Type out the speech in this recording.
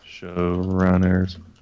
showrunners